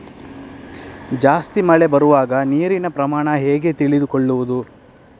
ಜಾಸ್ತಿ ಮಳೆ ಬರುವಾಗ ನೀರಿನ ಪ್ರಮಾಣ ಹೇಗೆ ತಿಳಿದುಕೊಳ್ಳುವುದು?